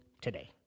today